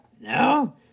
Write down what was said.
No